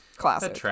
classic